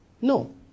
No